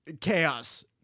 chaos